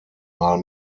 mal